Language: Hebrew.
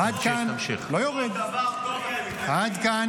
עד כאן.